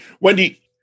Wendy